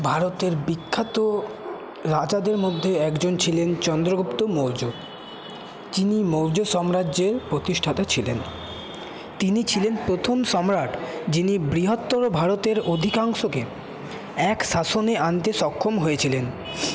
ভারতের বিখ্যাত রাজাদের মধ্যে একজন ছিলেন চন্দ্রগুপ্ত মৌর্য্য যিনি মৌর্য্য সম্রাজ্যের প্রতিষ্ঠাতা ছিলেন তিনি ছিলেন প্রথম সম্রাট যিনি বৃহত্তর ভারতের অধিকাংশকে এক শাসনে আনতে সক্ষম হয়েছিলেন